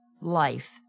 life